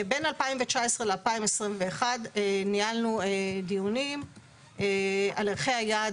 בין 2019 ל-2021 ניהלנו דיונים על ערכי היעד,